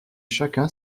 chacun